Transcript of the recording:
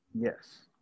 Yes